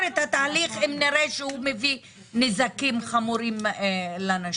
את התהליך אם נראה שהוא מביא נזקים חמורים לנשים.